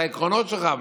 את העקרונות שלך,